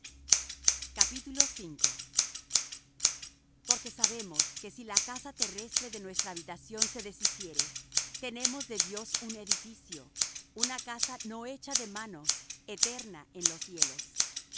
son eternas porque sabemos que si la casa terrestre de nuestra habitación se deshiciere tenemos de dios un edificio una casa no hecha de manos eterna en los cielos